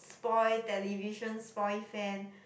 spoil television spoil fan